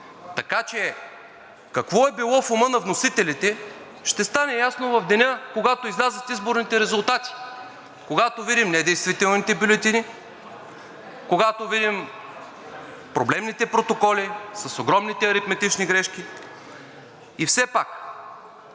така че какво е било в ума на вносителите ще стане ясно в деня, когато излязат изборните резултати, когато видим недействителните бюлетини, когато видим проблемните протоколи с огромните аритметични грешки. И все пак,